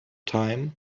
time